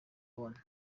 leone